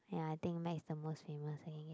ya I think Max is the most famous I can get